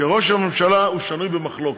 שראש הממשלה הוא שנוי במחלוקת,